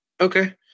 Okay